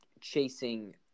chasing